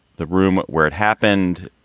the room where it happened,